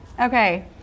Okay